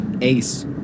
ace